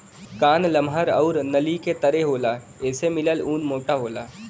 कान लमहर आउर नली के तरे होला एसे मिलल ऊन मोटा होला